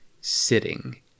sitting